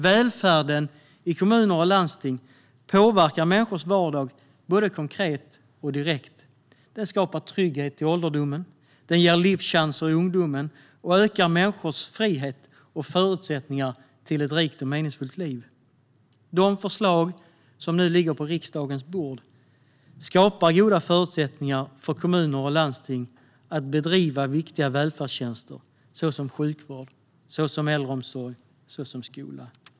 Välfärden i kommuner och landsting påverkar människors vardag både konkret och direkt. Den skapar trygghet i ålderdomen, ger livschanser i ungdomen och ökar människors frihet och förutsättningar att få ett rikt och meningsfullt liv. De förslag som nu ligger på riksdagens bord skapar goda förutsättningar för kommuner och landsting att bedriva viktiga välfärdstjänster som sjukvård, äldreomsorg och skola.